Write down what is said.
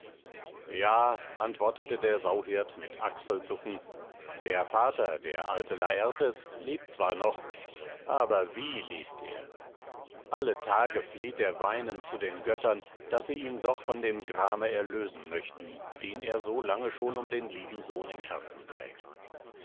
ja antwortete der sauhirt mit achselzucken der vater der alte lartes lebt zwar noch aber wie lebt er alle tage fleht er weinend zu den göttern daß sie ihn doch von dem grame erlösen möchten den er so lange schon um den lieben sohn im herzen trägt